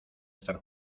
estar